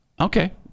Okay